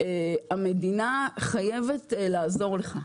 המדינה חייבת לעזור לך,